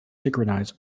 synchronize